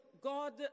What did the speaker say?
God